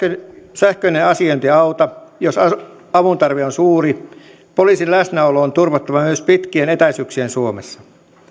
sähköinen asiointi auta jos avuntarve on suuri poliisin läsnäolo on turvattava myös pitkien etäisyyksien suomessa